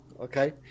okay